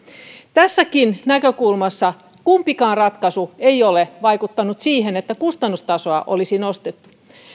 tässäkään näkökulmassa kumpikaan ratkaisu ei ole vaikuttanut siihen että kustannustasoa olisi nostettu